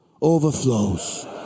overflows